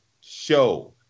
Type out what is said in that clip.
show